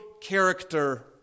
character